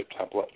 template